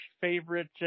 favorite